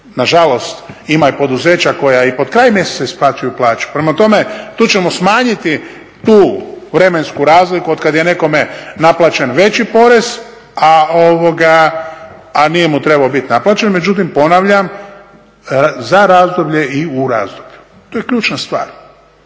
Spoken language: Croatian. Na žalost, ima i poduzeća koja i pod kraj mjeseca isplaćuju plaću. Prema tome, tu ćemo smanjiti tu vremensku razliku od kad je nekome naplaćen veći porez, a nije mu trebao biti naplaćen. Međutim, ponavljam za razdoblje i u razdoblju. To je ključna stvar.